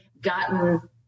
gotten